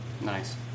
Nice